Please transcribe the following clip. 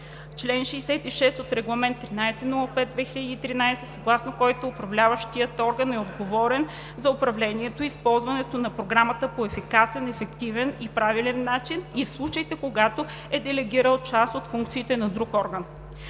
чл. 66 от Регламент 1305/2013, съгласно който Управляващият орган е отговорен за управлението и изпълнението на Програмата по ефикасен, ефективен и правилен начин и в случаите, когато е делегирал част от функциите си на друг орган;